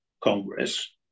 Congress